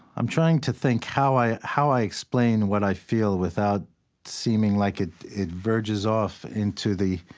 i'm trying to think how i how i explain what i feel without seeming like it it verges off into the